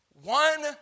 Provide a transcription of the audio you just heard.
One